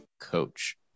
Coach